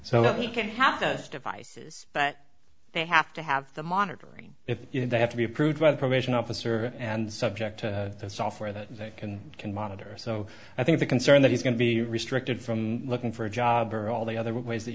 but they have to have the monitoring if they have to be approved by the probation officer and subject to software that they can can monitor so i think the concern that he's going to be restricted from looking for a job or all the other ways that